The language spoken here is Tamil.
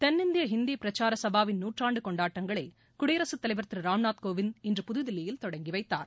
தென்னிந்திய இந்தி பிரச்சார சபாவின் நூற்றாண்டு கொண்டாட்டங்களை குடியரசுத் தலைவர் திரு ராம்நாத் கோவிந்த் இன்று புதுதில்லியில் தொடங்கிவைத்தார்